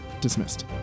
dismissed